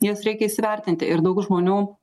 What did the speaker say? jas reikia įsivertinti ir daug žmonių